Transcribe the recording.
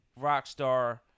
Rockstar